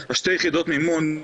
שתי יחידות מימון --- כן,